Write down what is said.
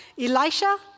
Elisha